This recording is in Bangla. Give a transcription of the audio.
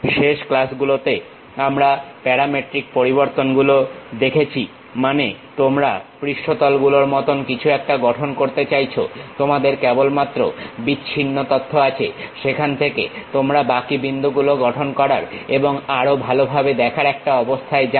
শেষ ক্লাসগুলোতে আমরা প্যারামেট্রিক পরিবর্তনগুলো দেখেছি মানে তোমরা পৃষ্ঠতলগুলোর মত কিছু একটা গঠন করতে চাইছো তোমাদের কেবলমাত্র বিচ্ছিন্ন তথ্য আছে সেখান থেকে তোমরা বাকি বিন্দুগুলো গঠন করার এবং আরো ভালোভাবে দেখার একটা অবস্থায় যাবে